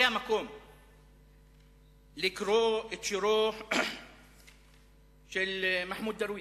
זה המקום לקרוא את שירו של מחמוד דרוויש.